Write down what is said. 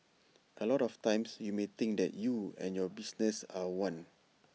A lot of times you may think that you and your business are one